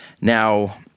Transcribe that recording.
Now